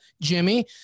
Jimmy